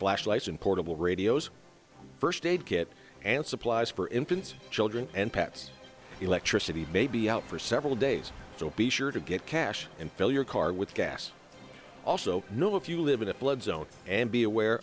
flashlights and portable radios first aid kit and supplies for infants children and pets electricity may be out for several days so be sure to get cash and fill your car with gas also know if you live in a flood zone and be aware